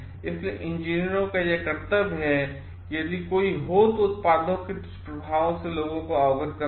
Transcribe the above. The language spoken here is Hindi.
इसलिए इंजीनियरों का यह कर्तव्य है कि यदि कोई हो तो उत्पादों के दुष्प्रभावों से लोगों को अवगत कराना